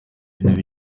ibintu